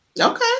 Okay